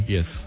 Yes